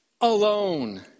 alone